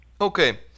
Okay